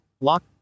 lock